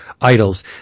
idols